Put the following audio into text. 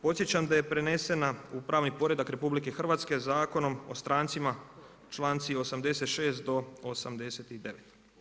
Podsjećam da je prenesena u pravni poredak RH, Zakonom o strancima, čl.86 do 89.